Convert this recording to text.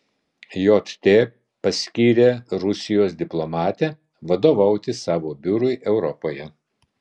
jt paskyrė rusijos diplomatę vadovauti savo biurui europoje